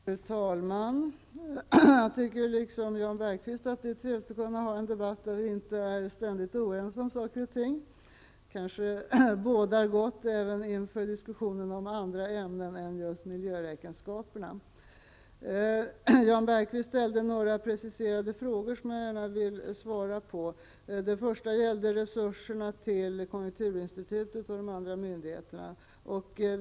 Fru talman! Jag tycker liksom Jan Bergqvist att det är trevligt att kunna ha en debatt där vi inte ständigt är oense om saker och ting. Det kanske bådar gott även inför diskussioner i andra ämnen än just miljöräkenskaperna. Jan Bergqvist ställde några preciserade frågor, som jag gärna vill svara på. Den första gällde resurserna till konjunkturinstitutet och de andra myndigheterna.